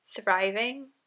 thriving